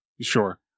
Sure